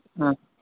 ꯑ